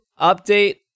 update